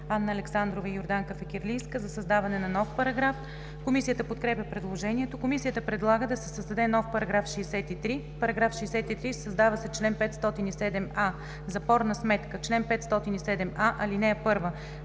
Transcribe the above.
Анна Александрова и Йорданка Фикирлийска за създаване на нов параграф. Комисията подкрепя предложението. Комисията предлага да се създаде нов § 63: „§ 63. Създава се чл. 507а: „Запор на сметка Чл. 507а. (1)